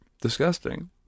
disgusting